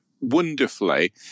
wonderfully